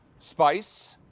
spice.